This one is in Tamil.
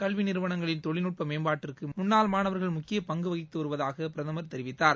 கல்வி நிறுவனங்களின் தொழில்நட்ப மேம்பாட்டிற்கு முன்னாள் மாணவர்கள் முக்கிய பங்கு வகித்து வருவதாக பிரதமர் தெரிவித்தார்